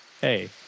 Hey